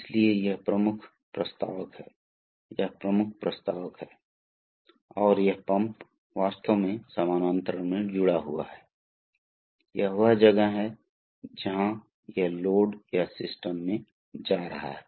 इसलिए जब दबाव एक शरीर पर कार्य करता है तो यह बल बनाता है इसलिए हम उम्मीद करते हैं कि बल एक गति पैदा करेगा सही है